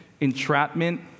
entrapment